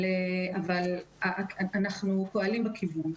אבל אנחנו פועלים בכיוון.